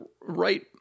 right